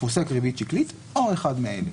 ריבית שקלית או אחד מאלה.